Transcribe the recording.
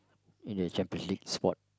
in a Champion League spot